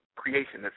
creation